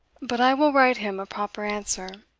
but i will write him a proper answer.